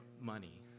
money